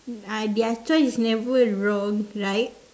uh their choice is never wrong right